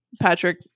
Patrick